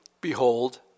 behold